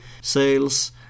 sales